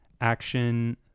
action